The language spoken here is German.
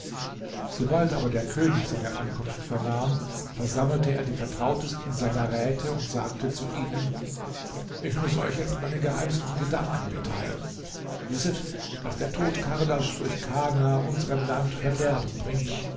sobald aber der könig seine ankunft vernahm versammelte er die vertrautesten seiner räte und sagte zu ihnen ich muß euch jetzt meine geheimsten gedanken mitteilen wisset daß der tod kardaschs durch kana unserem land verderben bringt